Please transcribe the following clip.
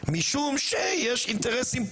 משום שיש אינטרסים פוליטיים,